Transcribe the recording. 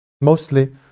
mostly